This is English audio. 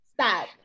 Stop